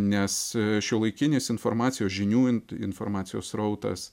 nes šiuolaikinis informacijos žinių informacijos srautas